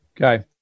okay